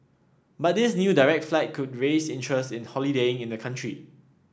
but this new direct flight could raise interest in holidaying in the country